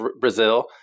Brazil